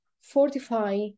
fortify